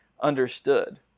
understood